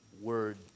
word